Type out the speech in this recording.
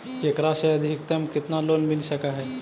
एकरा से अधिकतम केतना लोन मिल सक हइ?